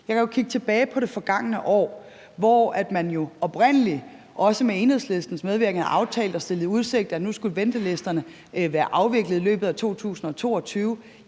Jeg kan jo kigge tilbage på det forgangne år, hvor man oprindelig, også med Enhedslistens medvirken, havde aftalt og stillet i udsigt, at nu skulle ventelisterne være afviklet i løbet af 2022.